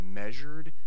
measured